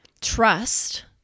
trust